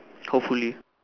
hopefully